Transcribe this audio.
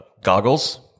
goggles